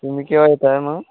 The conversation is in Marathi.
तुम्ही केव्हा येताय मग